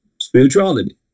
spirituality